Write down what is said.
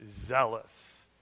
zealous